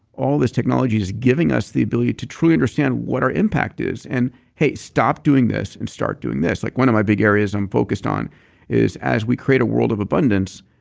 all this technology is giving us the ability to truly understand what our impact is and hey, stop doing this and start doing this. like one of my big areas i'm focused on is as we create a world of abundance,